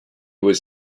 was